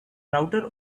router